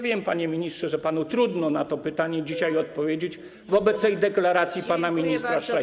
Wiem, panie ministrze, że panu trudno będzie na to pytanie dzisiaj odpowiedzieć wobec tej deklaracji pana ministra Schreibera.